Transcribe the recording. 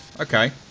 okay